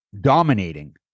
Dominating